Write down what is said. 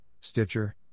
Stitcher